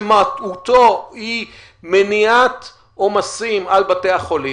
שמהותו היא מניעת עומסים על בתי החולים